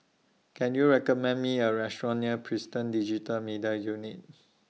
Can YOU recommend Me A Restaurant near Prison Digital Media Unit